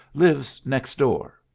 lives next door.